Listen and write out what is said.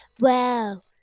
wow